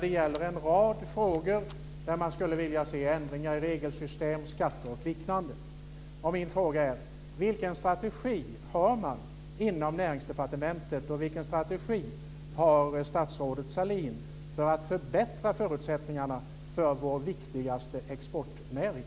Det gäller då en rad frågor där man skulle vilja se ändringar beträffande regelsystem, skatter o.d. Vilken strategi har man inom Näringsdepartementet och vilken strategi har statsrådet Sahlin för att förbättra förutsättningarna för vår viktigaste exportnäring?